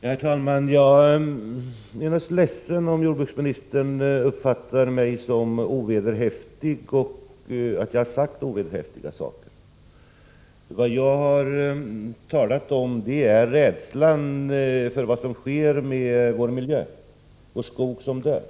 Herr talman! Jag är naturligtvis ledsen om jordbruksministern uppfattar mig som ovederhäftig och anser att jag har sagt ovederhäftiga saker. Vad jag har talat om är rädslan för vad som sker med vår miljö och skogen som dör.